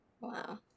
Wow